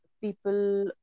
people